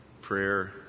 Prayer